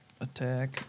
attack